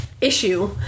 issue